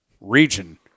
region